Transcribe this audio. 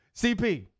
CP